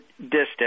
distance